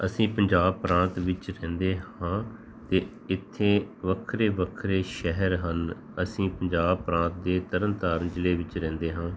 ਅਸੀਂ ਪੰਜਾਬ ਪ੍ਰਾਂਤ ਵਿੱਚ ਰਹਿੰਦੇ ਹਾਂ ਅਤੇ ਇੱਥੇ ਵੱਖਰੇ ਵੱਖਰੇ ਸ਼ਹਿਰ ਹਨ ਅਸੀਂ ਪੰਜਾਬ ਪ੍ਰਾਂਤ ਦੇ ਤਰਨ ਤਾਰਨ ਜ਼ਿਲ੍ਹੇ ਵਿੱਚ ਰਹਿੰਦੇ ਹਾਂ